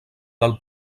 del